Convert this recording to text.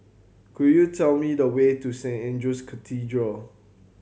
could you tell me the way to Saint Andrew's Cathedral